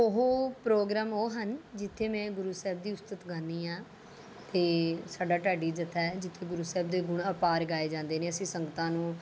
ਉਹ ਪ੍ਰੋਗਰਾਮ ਉਹ ਹਨ ਜਿੱਥੇ ਮੈਂ ਗੁਰੂ ਸਾਹਿਬ ਦੀ ਉਸਤਤ ਗਾਉਂਦੀ ਹਾਂ ਅਤੇ ਸਾਡਾ ਢਾਡੀ ਜੱਥਾ ਹੈ ਜਿੱਥੇ ਗੁਰੂ ਸਾਹਿਬ ਦੇ ਗੁੁਣ ਅਪਾਰ ਗਾਏ ਜਾਂਦੇ ਨੇ ਅਸੀਂ ਸੰਗਤਾਂ ਨੂੰ